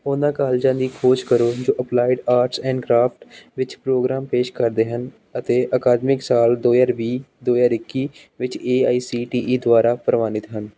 ਉਹਨਾਂ ਕਾਲਜਾਂ ਦੀ ਖੋਜ ਕਰੋ ਜੋ ਅਪਲਾਈਡ ਆਰਟਸ ਐਂਡ ਕਰਾਫਟਸ ਵਿੱਚ ਪ੍ਰੋਗਰਾਮ ਪੇਸ਼ ਕਰਦੇ ਹਨ ਅਤੇ ਅਕਾਦਮਿਕ ਸਾਲ ਦੋ ਹਜ਼ਾਰ ਵੀਹ ਦੋ ਹਜ਼ਾਰ ਇੱਕੀ ਵਿੱਚ A I C T E ਦੁਆਰਾ ਪ੍ਰਵਾਨਿਤ ਹਨ